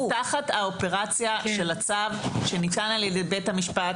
הוא תחת האופרציה של הצו שניתן על ידי בית המשפט.